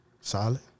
Solid